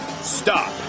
Stop